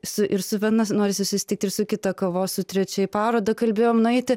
su ir su viena norisi susitikt ir su kita kavos su trečia į parodą kalbėjom nueiti